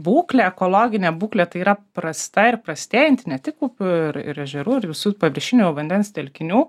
būklė ekologinė būklė tai yra prasta ir prastėjanti ne tik upių ir ir ežerų ir visų paviršinių vandens telkinių